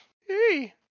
Hey